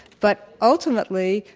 but ultimately,